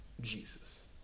Jesus